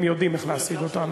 הם יודעים איך להשיג אותנו.